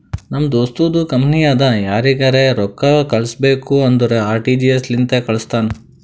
ನಮ್ ದೋಸ್ತುಂದು ಕಂಪನಿ ಅದಾ ಯಾರಿಗರೆ ರೊಕ್ಕಾ ಕಳುಸ್ಬೇಕ್ ಅಂದುರ್ ಆರ.ಟಿ.ಜಿ.ಎಸ್ ಲಿಂತೆ ಕಾಳುಸ್ತಾನ್